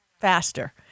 faster